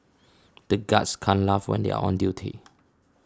the guards can't laugh when they are on duty